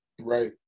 Right